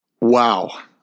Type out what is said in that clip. Wow